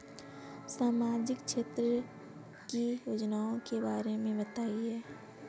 सामाजिक क्षेत्र की योजनाओं के बारे में बताएँ?